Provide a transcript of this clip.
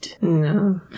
No